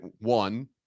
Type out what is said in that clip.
one